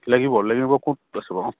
লাগিব লাগিব ক'ত আছে